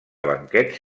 banquets